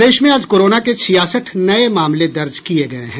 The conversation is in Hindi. प्रदेश में आज कोरोना के छियासठ नये मामले दर्ज किये गये हैं